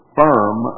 firm